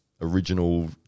original